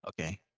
Okay